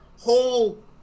whole